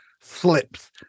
slips